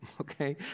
okay